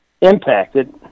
impacted